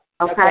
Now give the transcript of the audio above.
Okay